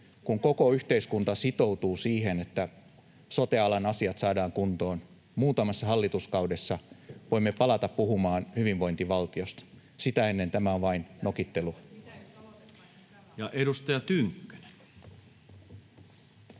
kun koko yhteiskunta sitoutuu siihen, että sote-alan asiat saadaan kuntoon, muutamassa hallituskaudessa voimme palata puhumaan hyvinvointivaltiosta. Sitä ennen tämä on vain nokittelua. [Leena Meren